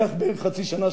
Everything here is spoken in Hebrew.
לקח בערך חצי שנה,